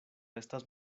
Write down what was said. estas